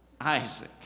Isaac